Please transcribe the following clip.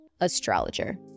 astrologer